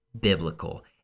biblical